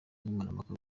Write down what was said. nkemurampaka